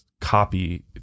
copy